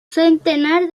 centenar